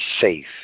safe